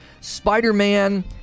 Spider-Man